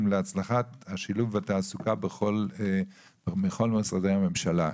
להצלחת השילוב בתעסוקה בכל משרדי הממשלה,